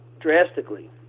drastically